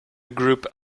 group